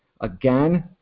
Again